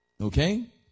Okay